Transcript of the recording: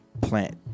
plant